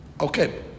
Okay